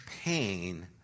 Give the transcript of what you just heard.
pain